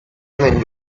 even